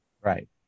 Right